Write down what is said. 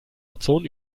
ozon